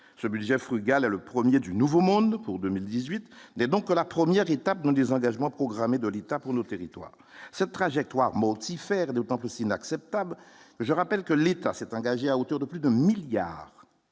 ce budget frugale, le 1er du Nouveau Monde pour 2000 18 mai donc la première étape d'un désengagement programmé de l'État pour nos territoires cette trajectoire mortifère de pas possible, acceptable, je rappelle que l'État s'est engagé à hauteur de plus 2 milliards